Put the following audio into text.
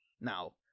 Now